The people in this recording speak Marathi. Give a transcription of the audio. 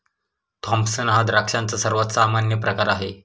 थॉम्पसन हा द्राक्षांचा सर्वात सामान्य प्रकार आहे